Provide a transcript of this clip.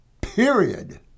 period